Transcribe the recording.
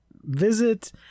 visit